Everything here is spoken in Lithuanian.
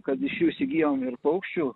kad iš jų įsigijom ir paukščių